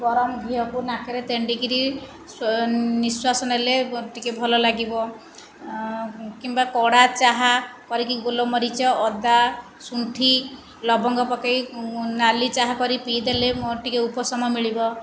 ଗରମ ଘିଅକୁ ନାକରେ ତେଣ୍ଡି କରି ନିଶ୍ୱାସ ନେଲେ ଟିକେ ଭଲ ଲାଗିବ କିମ୍ବା କଡ଼ା ଚାହା କରିକି ଗୋଲମରିଚ ଅଦା ଶୁଣ୍ଠୀ ଲବଙ୍ଗ ପକାଇ ନାଲି ଚାହା କରି ପିଇ ଦେଲେ ମୋର ଟିକେ ଉପଶମ ମିଳିବ